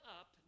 up